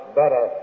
better